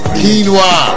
quinoa